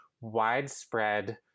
widespread